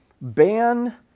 ban